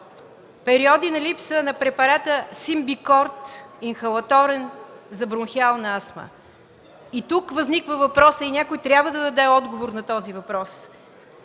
периоди на липса на препарата „Симбикорт” – инхалаторен за бронхиална астма. Тук възниква въпросът и някой трябва да даде отговор на този въпрос: